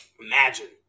Imagine